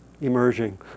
Emerging